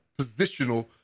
positional